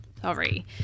Sorry